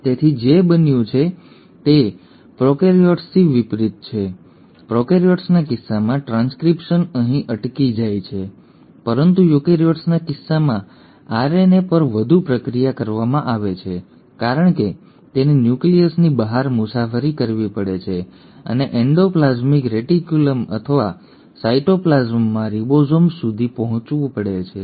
તેથી જે બન્યું છે તે પ્રોકેરીયોટ્સથી વિપરીત છે પ્રોકેરીયોટ્સના કિસ્સામાં ટ્રાન્સક્રિપ્શન અહીં અટકી જાય છે પરંતુ યુકેરીયોટ્સના કિસ્સામાં આરએનએ પર વધુ પ્રક્રિયા કરવામાં આવે છે કારણ કે તેને ન્યુક્લિયસની બહાર મુસાફરી કરવી પડે છે અને એન્ડોપ્લાઝ્મિક રેટિક્યુલમ અથવા સાયટોપ્લાસમમાં રિબોસોમ્સ સુધી પહોંચવું પડે છે